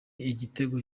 igitego